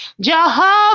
Jehovah